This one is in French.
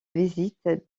visite